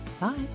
Bye